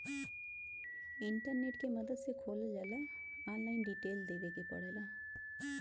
internet के मदद से खोलल जाला ऑनलाइन डिटेल देवे क पड़ेला